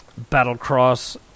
Battlecross